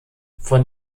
von